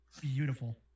Beautiful